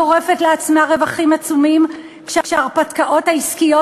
גורפת לעצמה רווחים עצומים כשההרפתקאות העסקיות